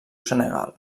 senegal